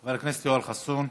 חבר הכנסת יואל חסון,